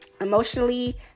emotionally